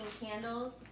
candles